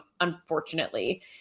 unfortunately